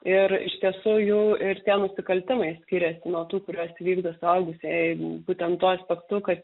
ir iš tiesų jau ir tie nusikaltimai skiriasi nuo tų kuriuos vykdo suaugusieji būtent tuo aspektu kad